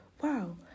wow